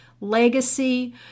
legacy